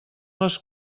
les